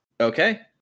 Okay